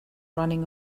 running